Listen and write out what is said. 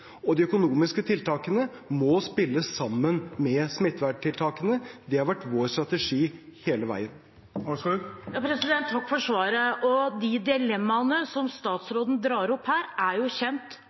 De økonomiske tiltakene må spille sammen med smitteverntiltakene – det har vært vår strategi hele veien. Takk for svaret. De dilemmaene som statsråden drar opp her, er jo kjent